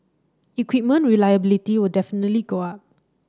equipment reliability will definitely go up